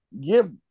give